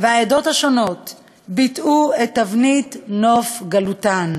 והעדות השונות ביטאו את תבנית נוף גלותן,